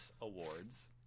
Awards